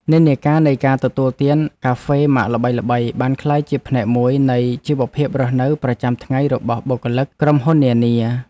និន្នាការនៃការទទួលទានកាហ្វេម៉ាកល្បីៗបានក្លាយជាផ្នែកមួយនៃជីវភាពរស់នៅប្រចាំថ្ងៃរបស់បុគ្គលិកក្រុមហ៊ុននានា។